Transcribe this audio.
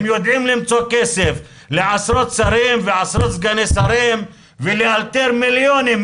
הם יודעים למצוא כסף לעשרות שרים ועשרות סגני שרים ולייצר מיליונים,